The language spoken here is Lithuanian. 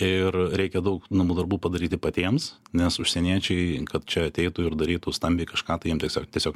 ir reikia daug namų darbų padaryti patiems nes užsieniečiai čia ateitų ir darytų stambiai kažką tai jiem tiesiog tiesiog